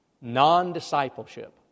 Non-discipleship